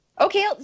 Okay